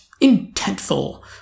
intentful